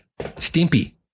Stimpy